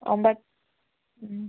ಒಂಬತ್ತು ಹ್ಞೂ